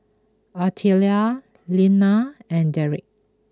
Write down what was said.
Artelia Leanna and Derik